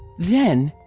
then,